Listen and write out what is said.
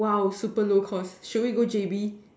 !wow! super low cost should we go J_B